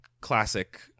classic